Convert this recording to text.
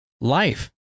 life